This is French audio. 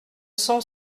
sont